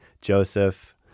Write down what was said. joseph